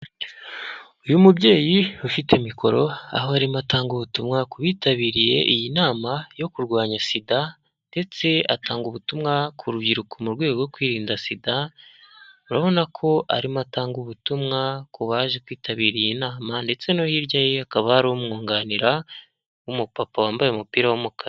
Uyu mubyeyi ufite mikoro aho arimo atanga ubutumwa ku bitabiriye iyi nama yo kurwanya sida ndetse atanga ubutumwa ku rubyiruko mu rwego rwo kwirinda sida urabona ko arimo atanga ubutumwa ku baje kwitabira iyi nama ndetse no hirya ye hakaba ari n'umwunganira w'umupapa wambaye umupira w'umukankara.